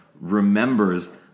remembers